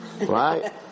right